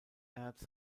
erz